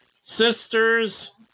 sisters